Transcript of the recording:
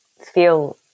feel